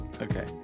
Okay